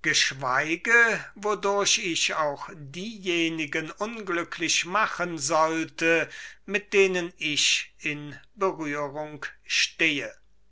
geschweige wodurch ich auch diejenigen unglücklich machen sollte mit denen ich in berührung stehe